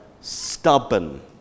stubborn